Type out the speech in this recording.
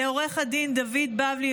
לעו"ד דוד בבלי,